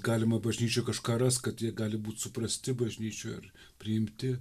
galima bažnyčioj kažką rast kad jie gali būt suprasti bažnyčioj ar priimti